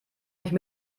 nicht